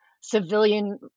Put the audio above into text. civilian